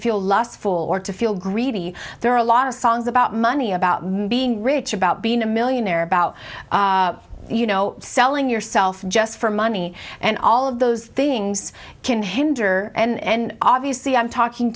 feel lost full or to feel greedy there are a lot of songs about money about being rich about being a millionaire about you know selling yourself just for money and all of those things can hinder and obviously i'm talking